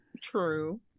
True